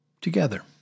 Together